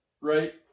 Right